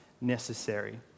necessary